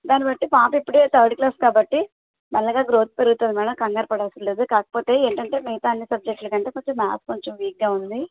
దాన్నిబట్టి పాప ఇప్పుడు థర్డ్ క్లాస్ కాబట్టి మెల్లగా గ్రోత్ పెరుగుతుంది మేడం కంగారు పడనవసరం లేదు కాకపోతే ఏంటంటే మిగతా అన్ని సబ్జెక్టులు కంటే కొంచెం మాథ్స్ కొంచెం వీక్గా ఉంది